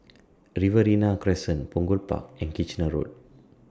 Riverina Crescent Punggol Park and Kitchener Road